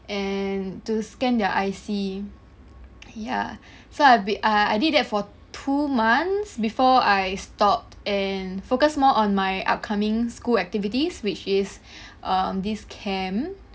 and to scan their I_C ya so I've been I I did that for two months before I stopped and focus more on my upcoming school activities which is um this camp